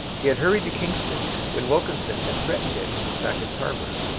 he had hurried to kingston when wilkinson had threatened it from sackett's harbour.